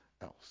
else